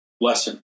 lesson